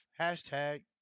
Hashtag